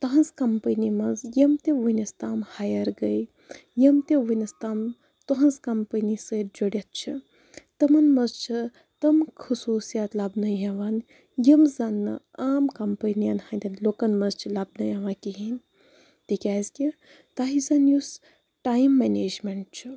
تُہنٛز کَمپٔنی منٛز یِم تہِ وُنِس تام ہایَر گٔے یِم تہِ وُنِس تام تُہنٛز کَمپٔنی سۭتۍ جُڑِتھ چھِ تِمَن منٛز چھِ تِم خصوٗصِیات لَبنہٕ یِوان یِم زَن نہٕ عام کَمپٔنِیَن ہِنٛدیٚن لوٗکَن منٛز چھِ لَبنہٕ یِوان کِہیٖنۍ تِکیٛازِکہِ تۄہہِ زَن یُس ٹایِم مَنیجمیٚنٛٹ چھُ